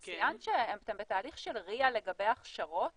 את ציינת שאתם בתהליך של RIA לגבי הכשרות